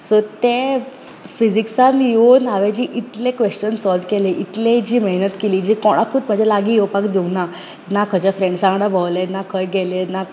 so ते फि फिजिक्सान येवन हांवें जी इतले क्वेस्चन सॉल्व केले इतले जी मेहनत केली जे कोणाकूच म्हज्या लागी येवपाक दिवंक ना ना खंंयच्या फ्रेन्डसा वांगडा भोंवले ना खंय गेले ना